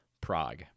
Prague